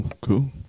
Cool